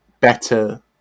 better